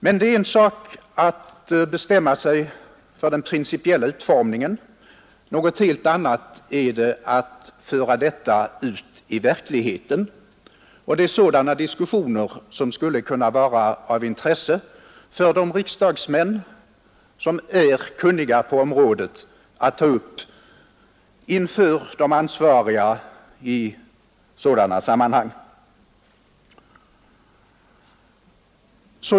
Men det är en sak att bestämma sig för den principiella utformningen; något helt annat är det att föra den ut i verkligheten, och det är sådana diskussioner som skulle kunna vara av intresse för de riksdagsmän som är kunniga på området att ta upp inför de ansvariga i sådana sammanhang.